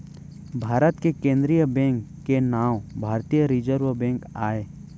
भारत के केंद्रीय बेंक के नांव भारतीय रिजर्व बेंक आय